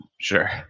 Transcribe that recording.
Sure